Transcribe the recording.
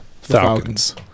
Falcons